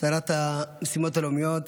שרת המשימות הלאומיות,